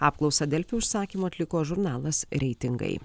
apklausą delfi užsakymu atliko žurnalas reitingai